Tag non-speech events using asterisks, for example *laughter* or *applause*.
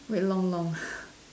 wait long long *breath*